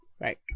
Right